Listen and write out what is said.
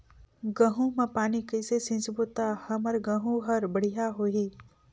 गहूं म पानी कइसे सिंचबो ता हमर गहूं हर बढ़िया होही?